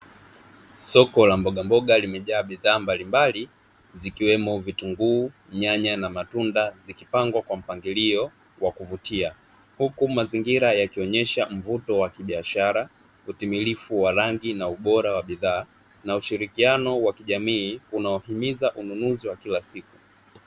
Soko la mbogamboga limejaa bidhaa mbalimbali, zikiwemo vitunguu nyanya na matunda, zikipangwa kwa mpangilio wa kuvutia huku mazingira yakionyesha mvuto wa kibiashara utimilifu wa rangi na ubora wa bidhaa na ushirikiano wa kijamii unaohimiza ununuzi wa kila siku.